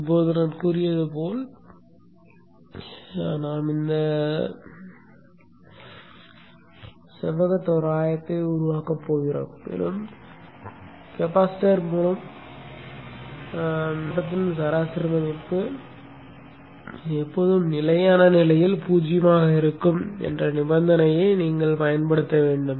இப்போது நான் சொன்னது போல் நாம் இந்த செவ்வக தோராயத்தை உருவாக்கப் போகிறோம் மேலும் கெபாசிட்டர் மூலம் மின்னோட்டத்தின் சராசரி மதிப்பு எப்போதும் நிலையான நிலையில் பூஜ்ஜியமாக இருக்கும் என்ற நிபந்தனையை நீங்கள் பயன்படுத்த வேண்டும்